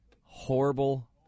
Horrible